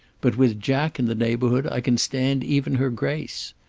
but with jack in the neighbourhood i can stand even her grace.